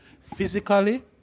physically